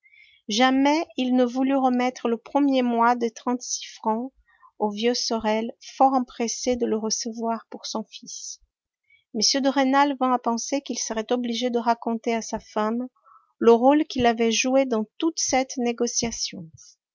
jamais il ne voulut remettre le premier mois de trente-six francs au vieux sorel fort empressé de le recevoir pour son fils m de rênal vint à penser qu'il serait obligé de raconter à sa femme le rôle qu'il avait joué dans toute cette négociation